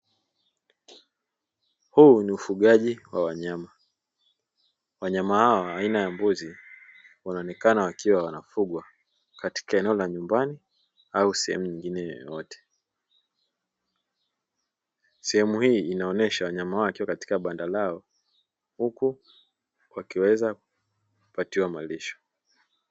Huu ni ufugaji wa wanyama. Wanyama hawa aina ya mbuzi wanaonekana wakiwa wanafugwa, katika eneo la nyumbani au sehemu nyingine yoyote. Sehemu hii inaonesha wanyama hawa wakiwa katika banda lao, huku wakiweza kupatiwa malisho.